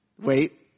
Wait